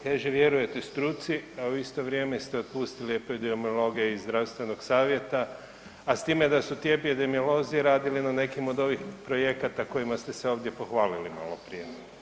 Kaže, vjerujete struci, a u isto vrijeme ste otpustili epidemiologe iz Zdravstvenog savjeta a s time da su ti epidemiolozi radili na nekim od ovih projekata kojima ste se ovdje pohvalili malo prije.